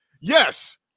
yes